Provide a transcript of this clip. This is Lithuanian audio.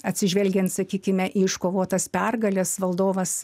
atsižvelgiant sakykime į iškovotas pergales valdovas